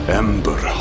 ember